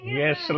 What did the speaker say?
yes